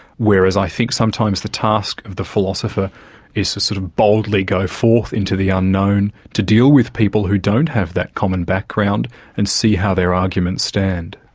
whereas i think sometimes the task of the philosopher is to sort of boldly go forth into the unknown to deal with people who don't have that common background and see how their arguments stand.